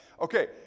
Okay